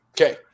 Okay